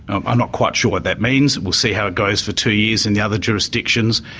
i'm not quite sure what that means, we'll see how it goes for two years in the other jurisdictions,